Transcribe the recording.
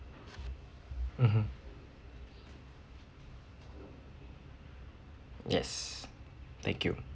mmhmm yes thank you